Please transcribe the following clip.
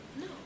No